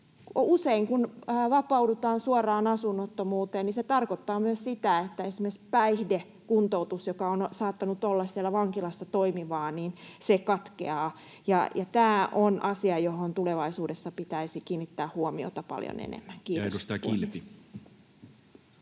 Usein, kun vapaudutaan suoraan asunnottomuuteen, se tarkoittaa myös sitä, että esimerkiksi katkeaa se päihdekuntoutus, joka on saattanut olla siellä vankilassa toimivaa. Tämä on asia, johon tulevaisuudessa pitäisi kiinnittää huomiota paljon enemmän. — Kiitos,